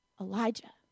Elijah